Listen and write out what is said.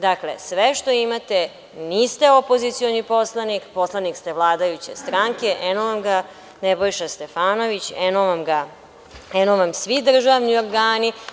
Dakle, sve što imate, niste opozicioni poslanik, poslanik ste vladajuće stranke, eno vam ga Nebojša Stefanović, eno vam svi državni organi…